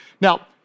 Now